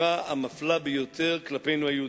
בצורה המפלה ביותר כלפינו היהודים.